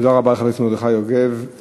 תודה רבה לחבר הכנסת מרדכי יוגב.